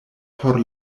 por